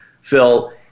Phil